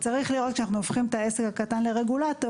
צריך לראות כשאנחנו הופכים את העסק הקטן לרגולטור,